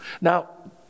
Now